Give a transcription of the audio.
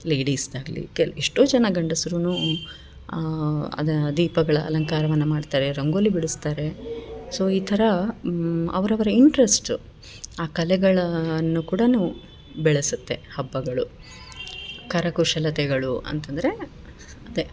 ಲೇಡಿಸ್ದಾಗಲಿ ಕೆಲ ಎಷ್ಟೋ ಜನ ಗಂಡಸ್ರು ಅದರ ದೀಪಗಳ ಅಲಂಕಾರವನ್ನು ಮಾಡ್ತಾರೆ ರಂಗೋಲಿ ಬಿಡಿಸ್ತಾರೆ ಸೊ ಈ ಥರ ಅವರವ್ರ ಇಂಟ್ರೆಸ್ಟ್ ಆ ಕಲೆಗಳನ್ನು ಕೂಡ ಬೆಳೆಸುತ್ತೆ ಹಬ್ಬಗಳು ಕರಕುಶಲತೆಗಳು ಅಂತಂದರೆ ಅದೆ